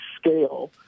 scale